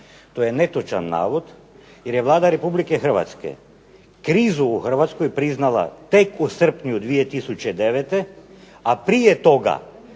To je netočan navod jer je Vlada Republike Hrvatske krizu u Hrvatskoj priznala tek u srpnju 2009.,